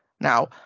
Now